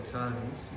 times